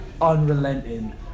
unrelenting